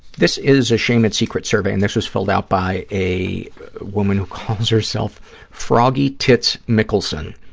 this is a shame and secrets survey, and this was filled out by a woman who calls herself froggy tits mickelson,